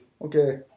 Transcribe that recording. okay